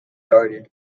guarded